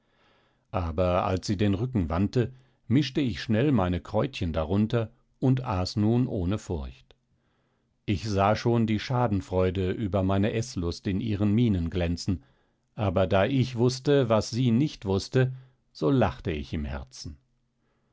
aber als sie den rücken wandte mischte ich schnell meine kräutchen darunter und aß nun ohne furcht ich sah schon die schadenfreude über meine eßlust in ihren mienen glänzen aber da ich wußte was sie nicht wußte so lachte ich im herzen